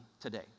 today